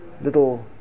little